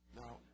Now